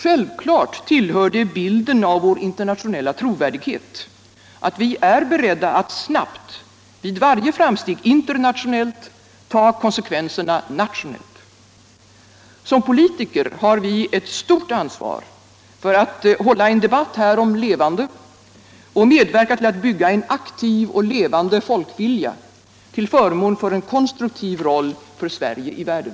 Självfallet tillhör det bilden av vår internationella trovärdighet att vi är beredda att vid varje framsteg internationellt snabbt ta konsekvenserna nationellt. Som politiker har vi ett stort ansvar för att hålla en debatt härom levande och medverka till att bygga en aktiv och levande folkvilja till förmån för en konstruktiv roll för Sverige i världen.